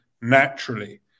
naturally